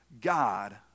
God